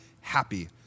happy